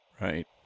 Right